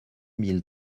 mille